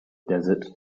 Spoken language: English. desert